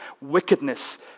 wickedness